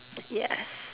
yes